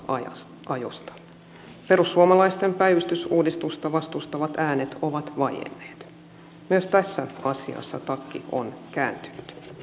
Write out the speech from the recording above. alasajosta perussuomalaisten päivystysuudistusta vastustavat äänet ovat vaienneet myös tässä asiassa takki on kääntynyt